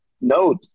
note